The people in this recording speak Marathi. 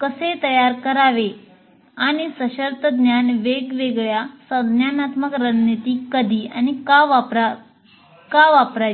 कसे तयार करावे आणि सशर्त ज्ञान वेगवेगळ्या संज्ञानात्मक रणनिती कधी आणि का वापरायच्या